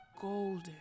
golden